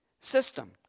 system